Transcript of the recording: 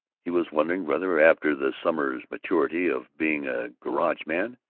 he was wondering whether, after the summer's maturity of being a garageman,